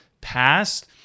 past